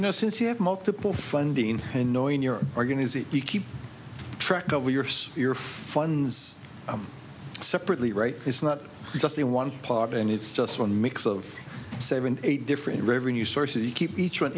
know since you have multiple funding and knowing your organization we keep track of your so your funds separately right it's not just a one party and it's just one mix of seven eight different revenue sources you keep each one